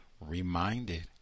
reminded